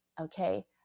okay